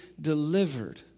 delivered